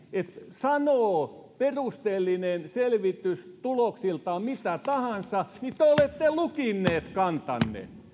sanoo perusteellinen selvitys tuloksiltaan mitä tahansa niin te olette lukinneet kantanne